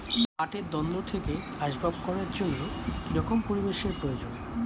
পাটের দণ্ড থেকে আসবাব করার জন্য কি রকম পরিবেশ এর প্রয়োজন?